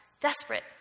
desperate